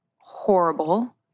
horrible